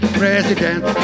president